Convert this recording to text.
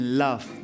love